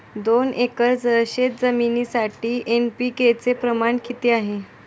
दोन एकर शेतजमिनीसाठी एन.पी.के चे प्रमाण किती आहे?